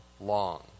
long